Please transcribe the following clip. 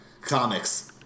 Comics